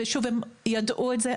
הם ידעו את זה.